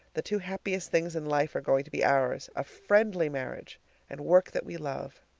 the two happiest things in life are going to be ours, a friendly marriage and work that we love.